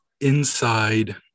inside